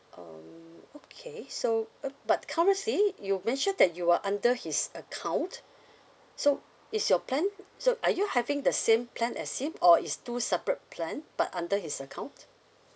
um okay so uh but currently you mentioned that you are under his account so is your plan so are you having the same plan as him or it's two separate plan but under his account